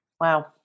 Wow